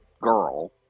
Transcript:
girl